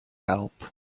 help